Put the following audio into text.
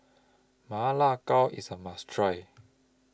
Ma Lai Gao IS A must Try